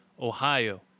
Ohio